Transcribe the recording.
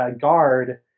guard